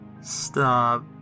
Stop